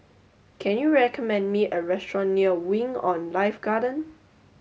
can you recommend me a restaurant near Wing On Life Garden